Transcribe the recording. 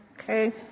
Okay